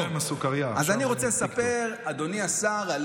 אדוני השר, רק אתה מולי.